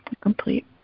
complete